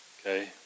Okay